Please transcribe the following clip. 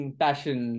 passion